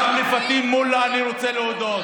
גם לפטין מולא אני רוצה להודות,